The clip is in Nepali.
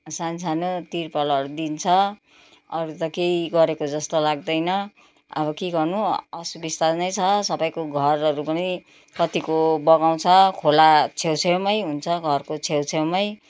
सानो सानो तिरपालहरू दिन्छ अरू त केही गरेको जस्तो लाग्दैन अब के गर्नु असुबिस्ता नै छ सबैको घरहरू पनि कतिको बगाउँछ खोला छेउ छेउमै हुन्छ घरको छेउ छेउमै